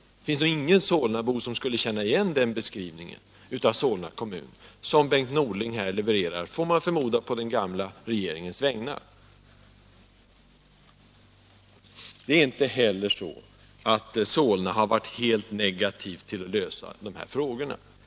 Det finns nog ingen solnabo som skulle känna igen den beskrivning av Solna kommun som Bengt Norling här levererade på - som man får förmoda — den gamla regeringens vägnar. Det är inte heller så att Solna kommun har varit helt negativ till att. Granskning av lösa dessa frågor.